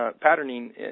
patterning